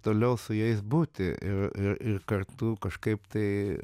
toliau su jais būti ir ir ir kartu kažkaip tai